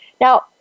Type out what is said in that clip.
Now